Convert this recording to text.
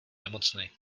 nemocnej